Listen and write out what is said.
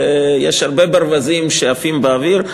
יש הרבה ברווזים שעפים באוויר.